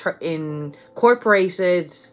incorporated